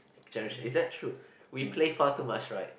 generation is that true we play far too much right